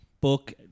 book